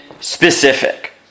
specific